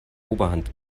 oberhand